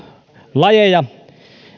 lajeja